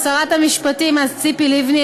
ושרת המשפטים אז ציפי לבני,